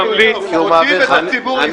תוסיף את הציבור הישראלי.